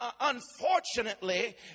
unfortunately